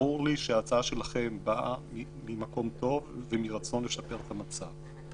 ברור לי שההצעה שלכם באה ממקום טוב ומרצון לשפר את המצב,